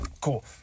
cool